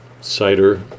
Cider